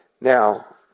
Now